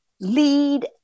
lead